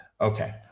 Okay